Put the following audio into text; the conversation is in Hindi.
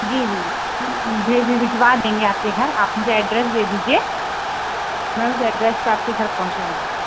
जी जी जी भिजवा देंगे आपके घर आप मुझे एड्रेस दे दीजिए मैं उस एड्रेस पर आपके घर पहुँचवा दूँगी